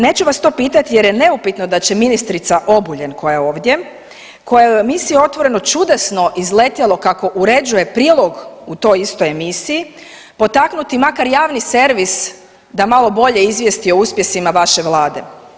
Neću vas to pitati jer je neupitno da će ministrica Obuljen koja je ovdje, kojoj je u emisiji Otvoreno čudesno izletjelo kako uređuje prilog u toj istoj emisiji potaknuti makar javni servis da malo bolje izvijesti o uspjesima vaše vlade.